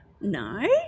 no